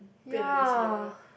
pay the taxi driver